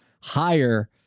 higher